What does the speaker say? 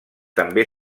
també